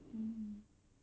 mm